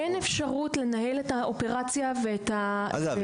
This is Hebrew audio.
אין אפשרות לנהל את האופרציה ואת הדבר הזה --- אגב,